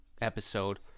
episode